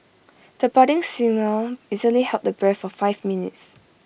the budding singer easily held the breath for five minutes